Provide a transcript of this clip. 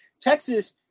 Texas